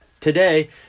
Today